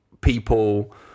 people